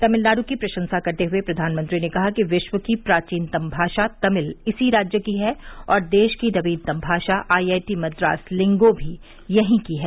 तमिलनाडु की प्रशंसा करते हुए प्रधानमंत्री ने कहा कि विश्व की प्राचीनतम भाषा तमिल इसी राज्य की है और देश की नवीनतम भाषा आईआईटी मद्रास लिंगो भी यहीं की है